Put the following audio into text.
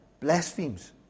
blasphemes